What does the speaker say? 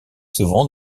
souvent